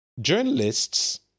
Journalists